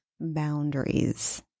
boundaries